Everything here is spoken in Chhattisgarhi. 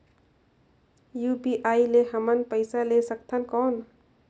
यू.पी.आई ले हमन पइसा ले सकथन कौन?